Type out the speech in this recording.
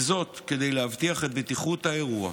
כדי להבטיח את בטיחות האירוע.